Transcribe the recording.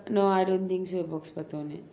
no I don't think so box பத்தும்னு:patthumnu